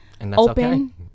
open